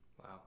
Wow